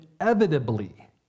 inevitably